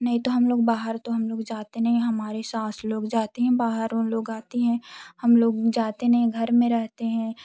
नहीं तो हम लोग बाहर तो हम लोग जाते नहीं हमारी सास लोग जाती हैं बाहर वो लोग आती है हम लोग जाते नहीं घर में रहते हैं